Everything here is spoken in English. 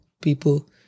people